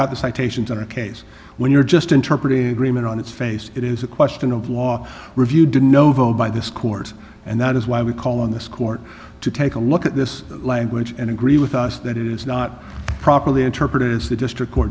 got the citations on a case when you're just interpretive agreement on its face it is a question of law review did no vote by this court and that is why we call on this court to take a look at this language and agree with us that it is not properly interpreted as the district